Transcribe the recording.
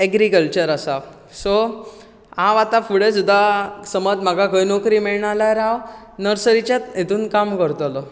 agriculture आसा सो हांव आता फुडें सुद्दां समज म्हाका खंय नोकरी मेळना जाल्यार हांव नर्सरीच्याच हेतूंत काम करतलो